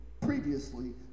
previously